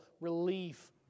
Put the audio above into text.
relief